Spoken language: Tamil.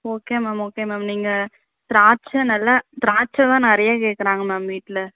ஓகே மேம் ஓகே மேம் நீங்கள் திராட்சை நல்லா திராட்சை தான் நிறைய கேட்கறாங்க மேம் வீட்டில்